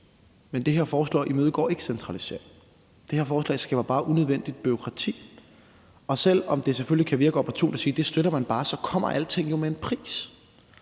Men det her forslag imødegår ikke centralisering. Det her forslag skaber bare unødvendigt bureaukrati. Selv om det selvfølgelig kan virke opportunt at sige, at det støtter man bare, så kommer alting jo med en pris.